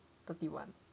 thirty one